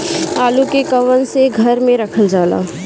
आलू के कवन से घर मे रखल जाला?